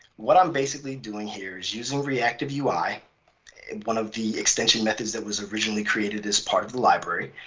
what i'm basically doing here is using reactiveui, one of the extension methods that was originally created as part of the library,